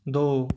ਦੋ